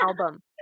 album